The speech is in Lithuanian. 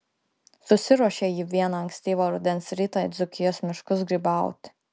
susiruošė ji vieną ankstyvą rudens rytą į dzūkijos miškus grybauti